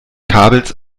kabels